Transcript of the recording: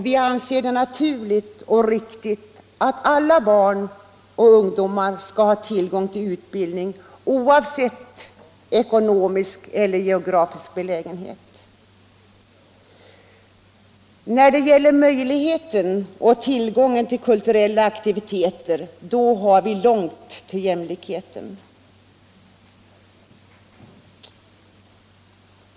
Vi anser det naturligt och riktigt att alla barn och ungdomar skall ha tillgång till utbildning oavsett ekonomiska eller geografiska förhållanden. När det gäller möjligheten och tillgången till kulturella aktiviteter har vi långt till jämlikheten.